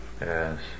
Yes